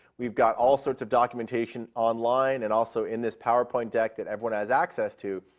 we have got all sorts of documentation online and also in this powerpoint deck that everyone has access to.